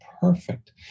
perfect